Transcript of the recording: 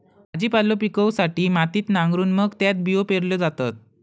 भाजीपालो पिकवूसाठी मातीत नांगरून मग त्यात बियो पेरल्यो जातत